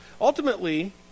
Ultimately